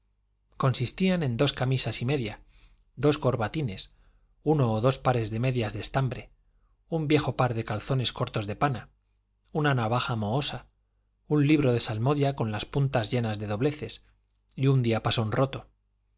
consistían en dos camisas y media dos corbatines uno o dos pares de medias de estambre un viejo par de calzones cortos de pana una navaja mohosa un libro de salmodia con las puntas llenas de dobleces y un diapasón roto